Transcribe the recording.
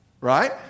Right